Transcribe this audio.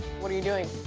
what are you doing?